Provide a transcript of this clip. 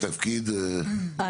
תודה,